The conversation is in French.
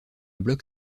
bloc